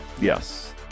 Yes